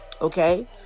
Okay